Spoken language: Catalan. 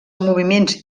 moviments